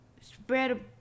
spread